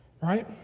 right